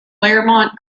claremont